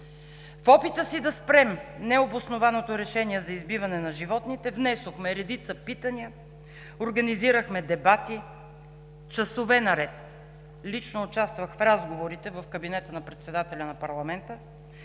В опита си да спрем необоснованото решение за избиване на животните внесохме редица питания, организирахме дебати часове наред. Лично участвах в разговорите в кабинета на председателя на парламента,